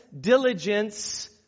diligence